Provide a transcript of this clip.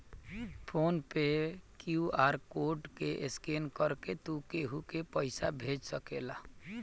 phone पे QR code के scan करके तू केहू के पईसा भेज सकेला